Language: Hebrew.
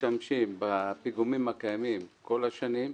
משתמשים בפיגומים הקיימים כל השנים,